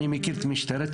אני מכיר את משטרת מוריה.